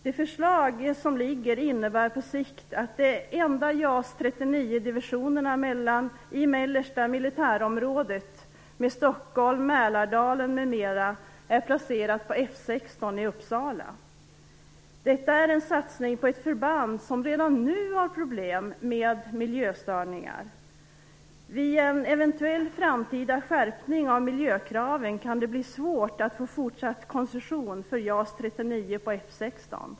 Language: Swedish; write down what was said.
Det förslag som lagts fram innebär på sikt att de enda JAS 39-divisionerna i mellersta militärområdet med Stockholm, Mälardalen m.m. är placerade på F 16 i Uppsala. Detta är en satsning på ett förband som redan nu har problem med miljöstörningar. Vid en eventuell framtida skärpning av miljökraven kan det bli svårt att få fortsatt koncession för JAS 39 på F 16.